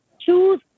Choose